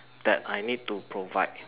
that I need to provide